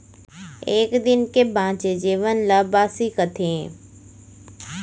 एक दिन के बांचे जेवन ल बासी कथें